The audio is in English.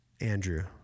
Andrew